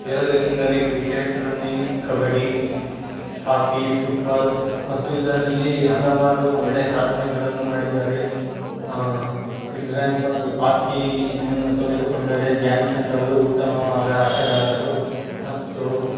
ಹೇಳಬೇಕೆಂದರೆ cricket running kabaddi hockey football ಮತ್ತು ಇದರಲ್ಲಿ ಹಲವಾರು ಒಳ್ಳೆ ಸಾಧನೆಗಳನ್ನು ಮಾಡಿದ್ದಾರೆ ಎಕ್ಸಾಂಪಲ್ ಹಾಕಿಯನ್ನು ತೆಗೆದುಕೊಂಡರೆ ಧ್ಯಾನ್ ಚಂದ್ ಅವರು ಉತ್ತಮವಾದ ಆಟಗಾರರು ಮತ್ತು